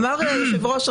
אמר היושב-ראש,